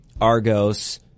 Argos